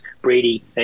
Brady